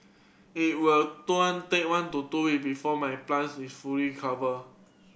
it will took take one to two week before my plants will fully recover